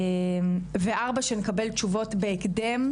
ארבע, שנקבל תשובות בהקדם,